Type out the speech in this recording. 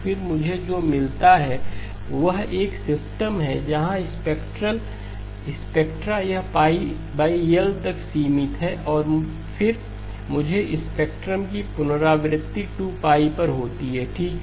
फिर मुझे जो मिलता है वह एक सिस्टम है जहां स्पेक्ट्रा यह L तक सीमित है और फिर मुझे स्पेक्ट्रम की पुनरावृत्ति 2 पर होती है ठीक है